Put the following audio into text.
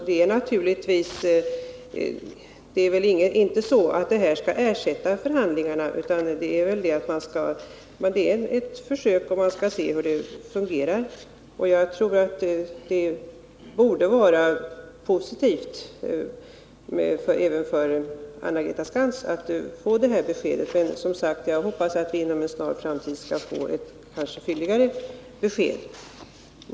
Den skall väl inte ersätta förhandlingarna, utan det är fråga om ett försök. Det borde vara positivt även för Anna-Greta Skantz att få detta besked. Och jag hoppas, som sagt, att vi inom en snar framtid får ett fylligare besked.